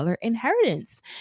inheritance